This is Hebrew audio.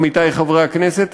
עמיתי חברי הכנסת,